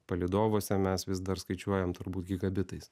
palydovuose mes vis dar skaičiuojam turbūt gigabitais